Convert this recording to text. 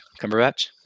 Cumberbatch